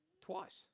twice